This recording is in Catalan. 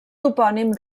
topònim